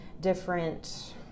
different